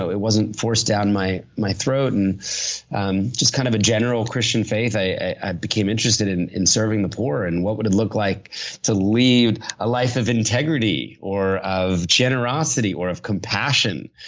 so it wasn't forced down my my throat and um just kind of a general christian faith. i became interested in in serving the poor and what would it look like to lead a life of integrity or of generosity, or of compassion?